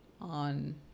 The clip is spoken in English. on